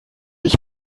ich